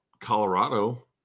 Colorado